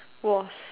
was